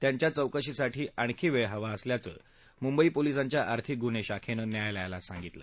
त्यांच्या चौकशीसाठी आणखी वेळ हवा असल्याचं मुंबई पोलिसांच्या आर्थिक गुन्हे शाखेनं न्यायालयाला सांगितलं